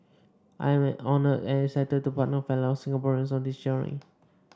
I am honoured and excited to partner fellow Singaporeans on this journey